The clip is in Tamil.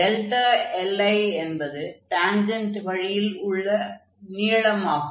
li என்பது டான்ஜென்ட் வழியில் உள்ள நீளம் ஆகும்